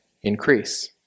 increase